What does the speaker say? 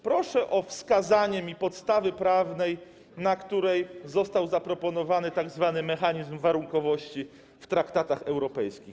Proszę o wskazanie mi podstawy prawnej, na której został zaproponowany tzw. mechanizm warunkowości w traktatach europejskich.